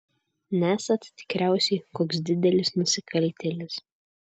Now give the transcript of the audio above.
nesat tikriausiai koks didelis nusikaltėlis